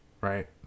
right